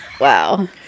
Wow